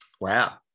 Wow